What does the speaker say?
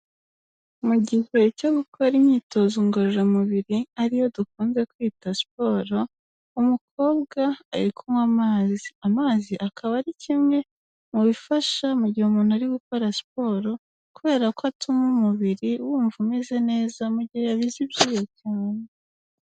Mu gihehu cyo gukora imyitozo ngororamubiri ariyo dukunze kwita siporo. Umukobwa ari kunywa amazi, amazi akaba ari kimwe mu bifasha mu gihe umuntu ari gukora siporo kubera ko atuma umubiri wumva umeze neza mu gihe wabize ibyuya cyane.